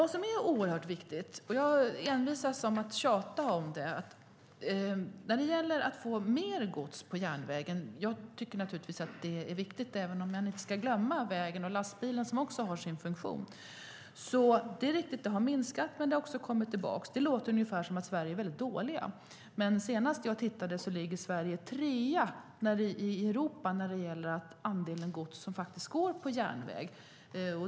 Det är oerhört viktigt och jag envisas med att tjata om att det gäller att få mer gods på järnvägen. Jag tycker naturligtvis att det är viktigt, även om man inte ska glömma vägen och lastbilen, som också har sin funktion. Det är riktigt att gods på järnväg har minskat, men det har också kommit tillbaka. Det låter ungefär som att Sverige är väldigt dåligt, men senast jag tittade såg jag att Sverige ligger trea i Europa när det gäller andelen gods som faktiskt går på järnväg.